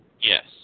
Yes